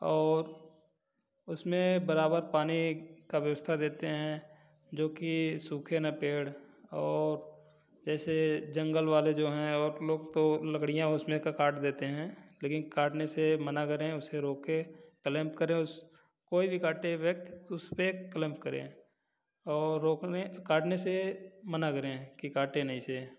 और उसमें बराबर पानी का व्यवस्था देते हैं जो कि सूखे न पेड़ और जैसे जंगल वाले जो हैं आप लोग तो लकड़ियाँ उसमें का काट देते हैं लेकिन काटने से मना करें उसे रोके क्लेम करें उस कोई भी कटे व्यक्त उसपे क्लेम्प करें और रोपने काटने से मना करें की काटे न इसे